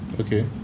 Okay